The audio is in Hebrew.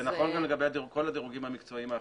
זה נכון גם לגבי כל הדירוגים המקצועיים האחרים,